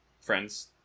friends